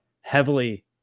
heavily